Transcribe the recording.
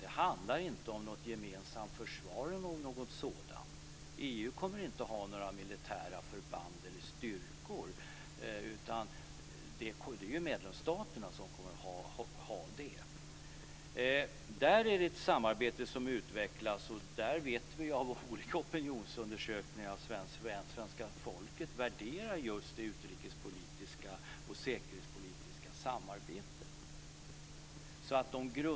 Det handlar inte om något gemensamt försvar eller något sådant. EU kommer inte att ha några militära förband eller styrkor, utan det är ju medlemsstaterna som kommer att ha det. Detta är ett samarbete som utvecklas, och vi vet genom olika opinionsundersökningar att svenska folket värderar just det utrikes och säkerhetspolitiska samarbetet.